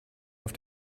auf